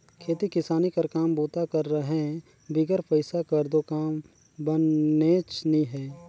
खेती किसानी कर काम बूता कर रहें बिगर पइसा कर दो काम बननेच नी हे